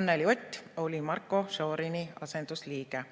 Anneli Ott oli Marko Šorini asendusliige.